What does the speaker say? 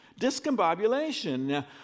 Discombobulation